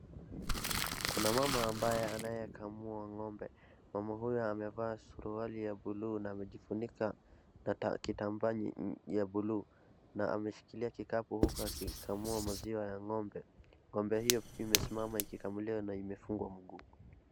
Kuna mama ambaye anayekamua ng'ombe. Mama huyu amevaa suruali ya buluu na amejifunika kitambaa ya buluu na ameshikilia kikapu uku akikamua maziwa ya ng'ombe. Ng'ombe hio pia imesimama ikikamuliwa na imefungwa mguu.